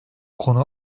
konu